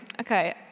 Okay